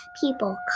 people